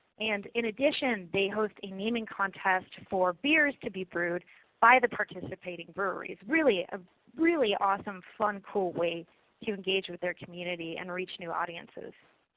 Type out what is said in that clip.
and in addition, they host a naming contest for beers to be brewed by the participating breweries. a really awesome fun cool way to engage with their community and reach new audiences.